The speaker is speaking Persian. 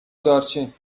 دارچین